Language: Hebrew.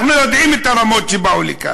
אנחנו יודעים את הרמות שבאו לכאן.